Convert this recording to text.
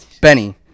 Benny